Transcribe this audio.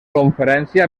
conferència